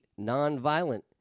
nonviolent